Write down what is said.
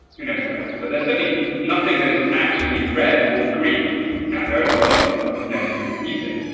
who knows what else. but there's certainly nothing that is actually red or green out there in the world. we've known this since newton.